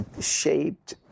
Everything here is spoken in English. shaped